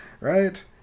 Right